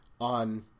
on